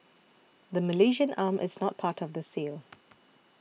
the Malaysian arm is not part of the sale